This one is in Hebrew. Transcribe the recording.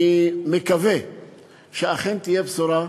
אני מקווה שאכן תהיה בשורה,